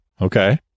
Okay